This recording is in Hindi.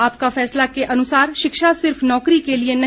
आपका फैसला के अनुसार शिक्षा सिर्फ नौकरी के लिये नहीं